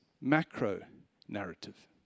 macro-narrative